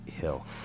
hill